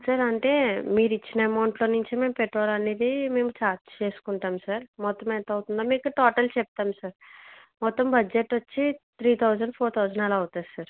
sir అంటే మీరిచ్చిన అమౌంట్లో నించే మేము పెట్రోల్ అనేది మేము ఛార్జ్ చేసుకుంటాం సార్ మొత్తం ఎంతవుతుందో మీకు టోటల్ చెప్తాం సార్ మొత్తం బడ్జెట్ వచ్చి త్రీ థౌసన్ ఫోర్ థౌసన్ అలా అవుతుంది సార్